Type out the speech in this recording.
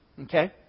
okay